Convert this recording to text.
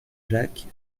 jacques